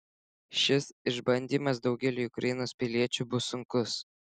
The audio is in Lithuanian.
šis išbandymas daugeliui ukrainos piliečių bus sunkus